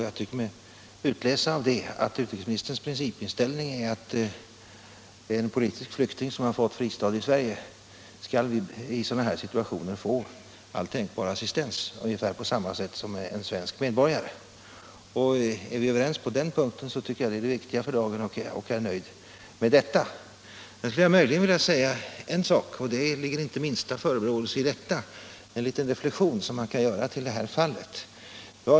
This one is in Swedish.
Jag tycker mig kunna utläsa av svaret att utrikesministerns principinställning är att en politisk flykting som har fått fristad i Sverige skall i sådana här situationer få all tänkbar assistens, ungefär på samma sätt som en svensk medborgare. Om vi är överens på den punkten är det det viktigaste för dagen och jag är nöjd. Jag skulle möjligen vilja beröra en annan sak, och häri ligger inte den minsta förebråelse. Det är en liten reflexion som man kan göra i detta fall.